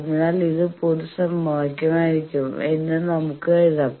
അതിനാൽ ഇത് പൊതു സമവാക്യമായിരിക്കും എന്ന് നമുക്ക് എഴുതാം